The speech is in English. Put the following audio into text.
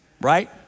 right